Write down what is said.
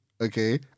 okay